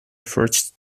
first